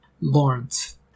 Lawrence